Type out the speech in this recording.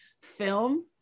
film